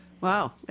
Wow